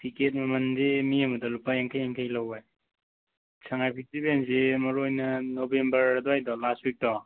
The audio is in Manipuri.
ꯇꯤꯛꯀꯦꯠ ꯃꯃꯟꯗꯤ ꯃꯤ ꯑꯃꯗ ꯂꯨꯄꯥ ꯌꯥꯡꯈꯩ ꯌꯥꯡꯈꯩ ꯂꯧꯋꯦ ꯁꯉꯥꯏ ꯐꯦꯁꯇꯤꯚꯦꯜꯁꯤ ꯃꯔꯨꯑꯣꯏꯅ ꯅꯕꯦꯝꯕꯔ ꯑꯗꯨꯋꯥꯏꯗꯣ ꯂꯥꯁ ꯋꯤꯛꯇꯣ